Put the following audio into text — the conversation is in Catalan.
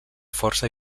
força